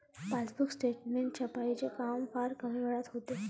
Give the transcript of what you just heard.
passbook statement छपाईचे काम फार कमी वेळात होते